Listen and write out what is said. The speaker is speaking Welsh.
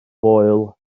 foel